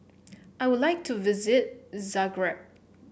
I would like to visit Zagreb